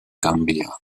gambia